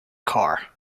car